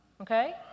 Okay